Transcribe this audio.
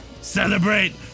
Celebrate